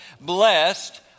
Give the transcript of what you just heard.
Blessed